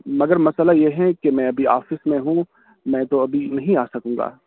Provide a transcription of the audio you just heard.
مگر مسئلہ یہ ہے کہ میں ابھی آفس میں ہوں میں تو ابھی نہیں آسکوں گا